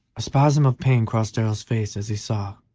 a spasm of pain crossed darrell's face as he saw,